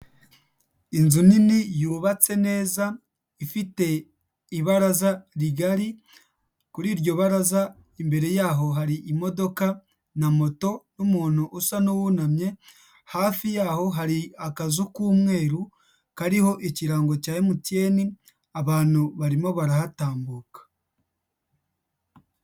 Inzu nini yubatse neza, ifite ibaraza rigari, kuri iryo baraza imbere yaho hari imodoka na moto n'umuntu usa n'uwunamye, hafi yaho hari akazu k'umweru kariho ikirango cya MTN, abantu barimo barahatambuka.